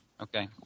Okay